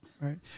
Right